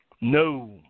No